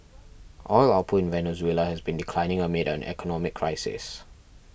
oil output in Venezuela has been declining amid an economic crisis